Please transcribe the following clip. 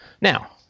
Now